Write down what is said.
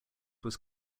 was